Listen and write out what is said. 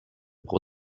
pro